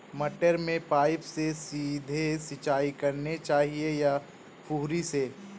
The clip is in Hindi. मटर में पाइप से सीधे सिंचाई करनी चाहिए या फुहरी से?